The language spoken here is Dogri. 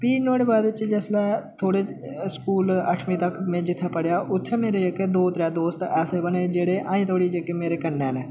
फ्ही नुहाड़े बाद च जिसलै स्कूल अट्ठमी तक में जित्थें पढ़ेआ उत्थें मेरे जेह्के दो त्रै दोस्त ऐसे बने जेह्ड़े अजें धोड़ी जेह्के मेरे कन्नै न